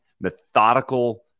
methodical